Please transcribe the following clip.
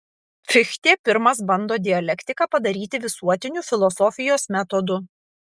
fichtė pirmas bando dialektiką padaryti visuotiniu filosofijos metodu